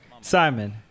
Simon